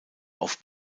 auf